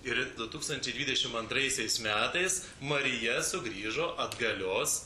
ir du tūkstančiai dvidešim antraisiais metais marija sugrįžo atgalios